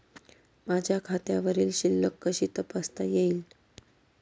माझ्या खात्यावरील शिल्लक कशी तपासता येईल?